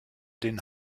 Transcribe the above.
den